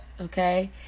okay